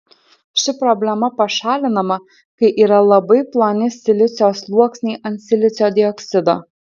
ši problema pašalinama kai yra labai ploni silicio sluoksniai ant silicio dioksido